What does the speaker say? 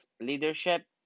leadership